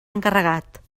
encarregat